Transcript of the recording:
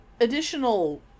additional